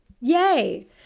Yay